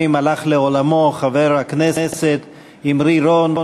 מספר הלך לעולמו חבר הכנסת אמרי רון,